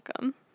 welcome